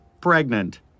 Pregnant